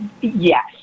Yes